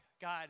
God